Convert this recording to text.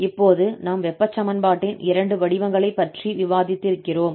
இப்போது நாம் வெப்ப சமன்பாட்டின் இரண்டு வடிவங்களைப் பற்றி விவாதித்திருக்கிறோம்